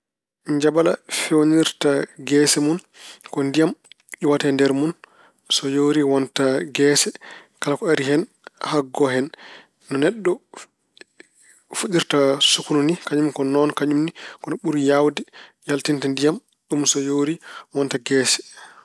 Njabala feewnirta geese mun ko ndiyam iwata e nder mun, so yoori wonta geese. Kala ko ari hen haggo en. No neɗɗo fuɗɗirta sukkundu ni kañum ko noon kañun ne, ko ɓuri yaawde yaltinde ndiyam. Ɗum yoori wonta geese.